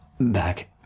back